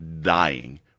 dying